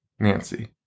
Nancy